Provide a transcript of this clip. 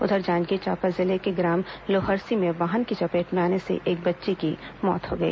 उधर जांजगीर चांपा जिले के ग्राम लोहरसी में वाहन की चपेट में आने से एक बच्ची की मौत हो गई